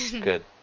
Good